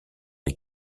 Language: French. les